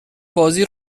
بازی